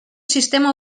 sistema